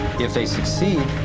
if they succeed,